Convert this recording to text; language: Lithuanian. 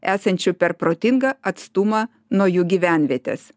esančių per protingą atstumą nuo jų gyvenvietės